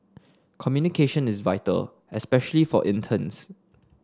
communication is vital especially for interns